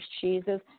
cheeses